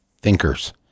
thinkers